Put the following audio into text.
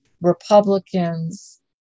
Republicans